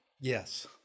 Yes